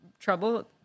trouble